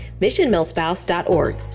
missionmillspouse.org